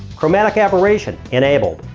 chromatic aberration. enabled.